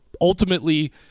ultimately